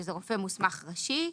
שזה רופא מוסמך ראשי,